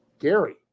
Gary